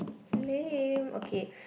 lame okay